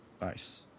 Nice